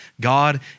God